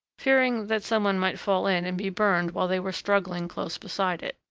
fearing that some one might fall in and be burned while they were struggling close beside it.